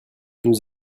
nous